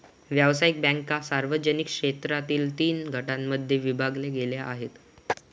व्यावसायिक बँका सार्वजनिक क्षेत्रातील तीन गटांमध्ये विभागल्या गेल्या आहेत